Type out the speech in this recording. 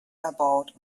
erbaut